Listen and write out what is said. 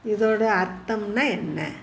இதோட அர்த்தமுன்னா என்ன